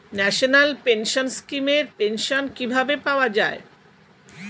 National pension scheme এর pension কিভাবে পাওয়া যায়?